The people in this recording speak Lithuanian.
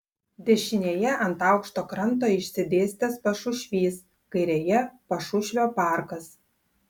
dešinėje ant aukšto kranto išsidėstęs pašušvys kairėje pašušvio parkas